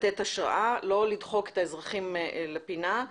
לתת השראה, לא לדחוק את האזרחים לפינה.